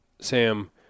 Sam